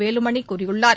வேலுமணி கூறியுள்ளார்